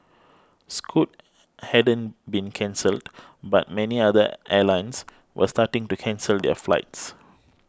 scoot hadn't been cancelled but many other airlines were starting to cancel their flights